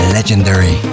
Legendary